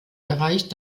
erreicht